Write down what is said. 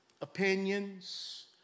opinions